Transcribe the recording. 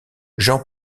jean